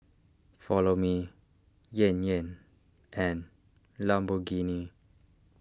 Follow Me Yan Yan and Lamborghini